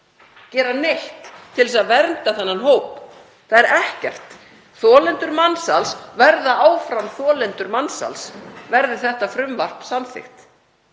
gera neitt til að vernda þennan hóp. Það er ekkert. Þolendur mansals verða áfram þolendur mansals verði þetta frumvarp samþykkt.